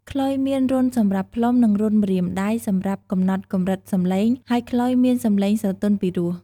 ខ្លុយមានរន្ធសម្រាប់ផ្លុំ និងរន្ធម្រាមដៃសម្រាប់កំណត់កម្រិតសំឡេង ហើយខ្លុយមានសំឡេងស្រទន់ពីរោះ។